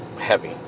heavy